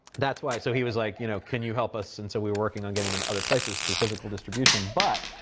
that's why, so he was like, you know can you help us? and so, we were working on getting him into other places through physical distribution. but,